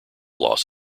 loss